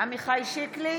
עמיחי שיקלי,